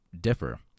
differ